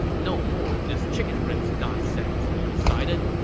no more of this chicken ribs nonsense, he decided.